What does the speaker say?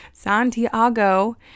Santiago